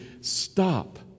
Stop